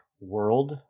world